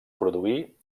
produir